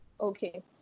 Okay